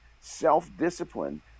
self-discipline